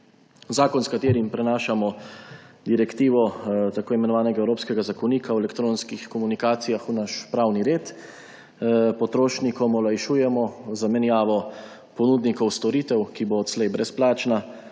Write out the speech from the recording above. zakonom, s katerim prenašamo direktivo tako imenovanega Evropskega zakonika o elektronskih komunikacijah v naš pravni red, potrošnikom olajšujemo zamenjavo ponudnikov storitev, ki bo odslej brezplačna,